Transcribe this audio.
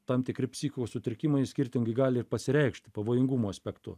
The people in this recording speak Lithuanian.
tam tikri psichosutrikimai skirtingai gali ir pasireikšti pavojingumo aspektu